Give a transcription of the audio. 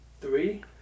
three